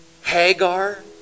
Hagar